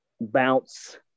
bounce